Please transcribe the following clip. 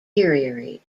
deteriorate